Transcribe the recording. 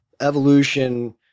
evolution